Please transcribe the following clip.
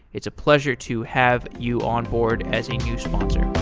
it is a pleasure to have you onboard as a new sponsor.